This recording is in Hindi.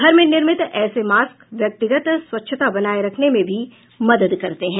घर में निर्मित ऐसे मास्क व्यक्तिगत स्वच्छता बनाए रखने में भी मदद करते हैं